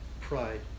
pride